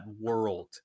world